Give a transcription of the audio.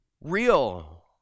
real